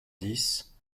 dix